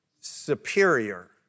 superior